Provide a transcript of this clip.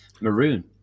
maroon